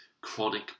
chronic